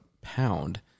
pound